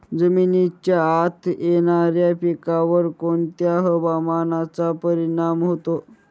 जमिनीच्या आत येणाऱ्या पिकांवर कोणत्या हवामानाचा परिणाम होतो?